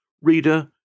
Reader